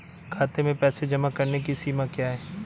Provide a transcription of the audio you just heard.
खाते में पैसे जमा करने की सीमा क्या है?